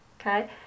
Okay